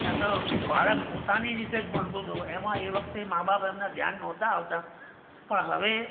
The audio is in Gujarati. આ તો બાળક પોતાની રીતે જ ભણતું હતું એમાં એ વખતે મા બાપ એમનાં ધ્યાન નહોતાં આપતા પણ હવે